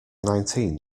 nineteen